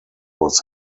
was